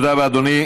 תודה רבה, אדוני.